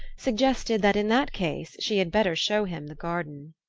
suggested that in that case she had better show him the garden.